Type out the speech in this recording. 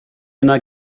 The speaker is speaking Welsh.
yna